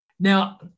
Now